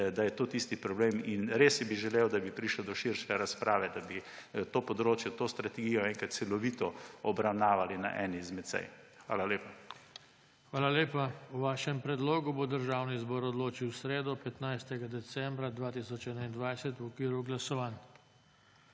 da je to tisti problem. Res si bi želel, da bi prišlo do širše razprave, da bi to področje, to strategijo enkrat celovito obravnavali na eni izmed sej. Hvala lepa. PODPREDSEDNIK JOŽE TANKO: Hvala lepa. O vašem predlogu bo Državni zbor odločil v sredo, 15. decembra 2021, v okviru glasovanj.